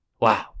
wow